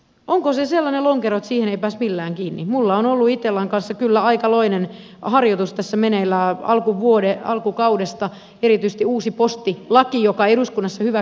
onko se sellainen lonkerot siihen eivät millään kiinni mulla on ollu ikävä kyllä aikamoinen harjoitusta se meneillään alkuvuoden alkukaudesta erityisesti uusi posti laki joka eduskunnassa hyvä